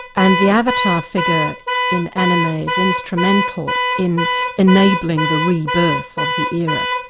and the avatar figure in anime is instrumental in enabling the rebirth of the era,